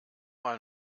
mal